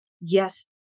yes